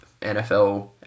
NFL